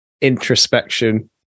introspection